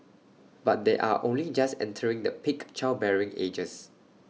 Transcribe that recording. but they are only just entering the peak childbearing ages